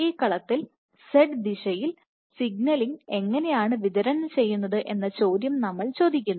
ഈ കളത്തിൽ z ദിശയിൽ ഇന്റഗ്രൽ സിഗ്നലിംഗ് എങ്ങനെയാണ് വിതരണം ചെയ്യുന്നത് എന്ന ചോദ്യം നമ്മൾ ചോദിക്കുന്നു